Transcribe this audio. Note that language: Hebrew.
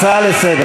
הצעה לסדר.